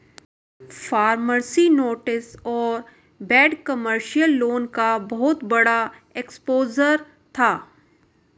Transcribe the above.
promissory notes और bad commercial loan का बहुत बड़ा एक्सपोजर था